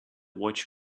watch